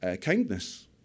kindness